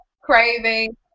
craving